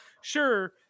sure